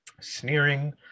Sneering